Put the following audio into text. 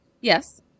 yes